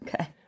Okay